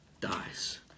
dies